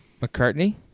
McCartney